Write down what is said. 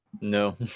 No